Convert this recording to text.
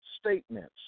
statements